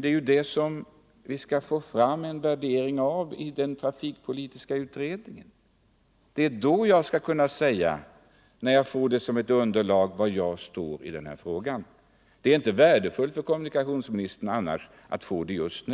Det är ju det som vi skall få fram en värdering av i den trafikpolitiska utredningen. Det är först när jag fått fram underlag som jag kan säga var jag står i den här frågan. Det är inte värdefullt för kommunikationsministern att få besked om det just